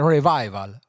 Revival